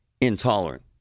intolerant